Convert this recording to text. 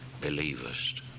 believest